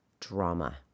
drama